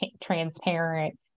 transparent